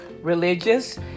religious